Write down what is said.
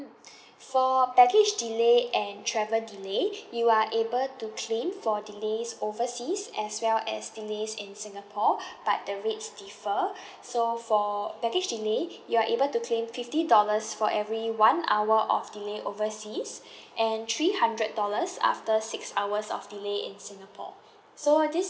mm for baggage delay and travel delay you are able to claim for delays overseas as well as delays in singapore but the rates differ so for baggage delay you're able to claim fifty dollars for every one hour of delay overseas and three hundred dollars after six hours of delay in singapore so this